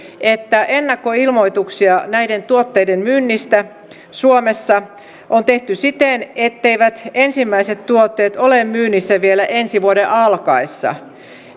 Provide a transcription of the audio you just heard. että ennakkoilmoituksia näiden tuotteiden myynnistä suomessa on tehty siten etteivät ensimmäiset tuotteet ole myynnissä vielä ensi vuoden alkaessa